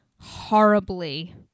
horribly